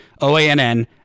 OANN